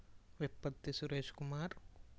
Vippatti Suresh Kumar